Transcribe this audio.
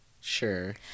Sure